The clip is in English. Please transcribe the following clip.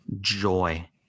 joy